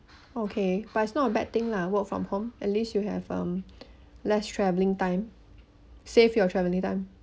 okay but it's not a bad thing lah work from home at least you have um less travelling time save your travelling time